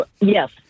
yes